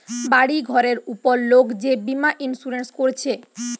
বাড়ি ঘরের উপর লোক যে বীমা ইন্সুরেন্স কোরছে